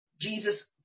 Jesus